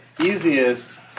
easiest